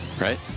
Right